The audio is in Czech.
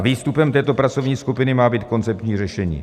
Výstupem této pracovní skupiny má být koncepční řešení.